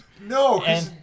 No